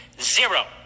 Zero